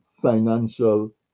financial